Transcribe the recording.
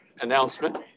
announcement